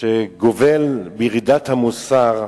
שגובלות בירידת המוסר.